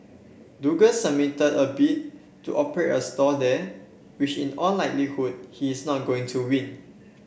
Douglas submitted a bid to operate a stall there which in all likelihood he is not going to win